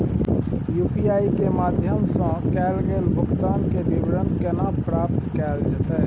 UPI के माध्यम सं कैल गेल भुगतान, के विवरण केना प्राप्त कैल जेतै?